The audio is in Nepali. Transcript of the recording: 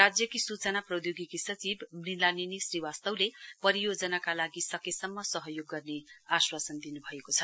राज्यकी सूचना प्रौद्योगिकी सचिव मृणालिनी श्रीवास्तवले परियोजनाका लागि सकेसम्म सहयोग गर्ने आश्वासन दिनु भएको छ